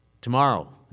tomorrow